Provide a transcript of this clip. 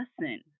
lesson